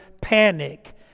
panic